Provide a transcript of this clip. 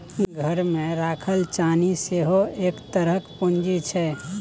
घरमे राखल चानी सेहो एक तरहक पूंजी छै